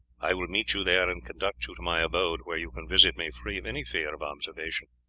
i will meet you there and conduct you to my abode, where you can visit me free of any fear of observation.